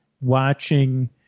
watching